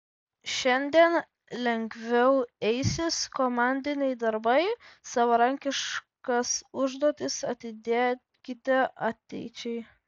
šiandien lengviau eisis komandiniai darbai savarankiškas užduotis atidėkite ateičiai